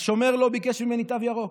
השומר לא ביקש ממני תו ירוק.